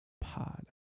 Pod